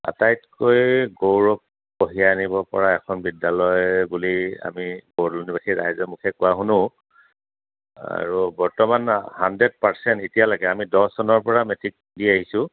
আটাইতকৈ গৌৰৱ কঢ়িয়াই আনিব পৰা এখন বিদ্যালয় বুলি আমি বৰদলনীবাসী ৰাইজৰ মুখে কোৱা শুনো আৰু বৰ্তমান হাণ্ড্ৰেড পাৰ্চেণ্ট এতিয়ালৈকে আমি দহ চনৰ পৰা মেট্ৰিক দি আহিছোঁ